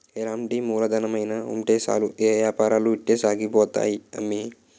ఎలాంటి మూలధనమైన ఉంటే సాలు ఏపారాలు ఇట్టే సాగిపోతాయి అమ్మి